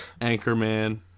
Anchorman